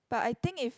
but I think if